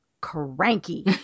cranky